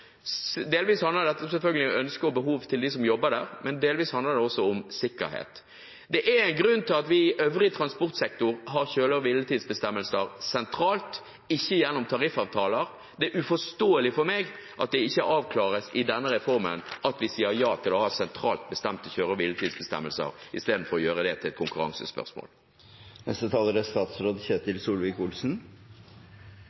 Delvis handler dette selvfølgelig om ønskene og behovene til dem som jobber der, men delvis handler det også om sikkerhet. Det er en grunn til at vi i den øvrige transportsektoren har kjøre- og hviletidsbestemmelser sentralt og ikke gjennom tariffavtaler. Det er uforståelig for meg at det ikke avklares i denne reformen at vi sier ja til å ha sentralt bestemte kjøre- og hviletidsbestemmelser istedenfor å gjøre det til et